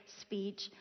Speech